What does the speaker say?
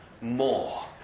more